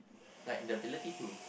like the ability to